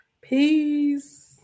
Peace